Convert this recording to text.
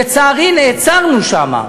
לצערי, נעצרנו שם.